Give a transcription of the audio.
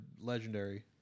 legendary